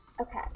Okay